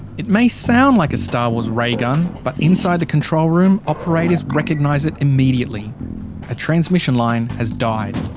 it may sound like a star wars ray gun, but inside the control room operators recognise it immediately a transmission line has died.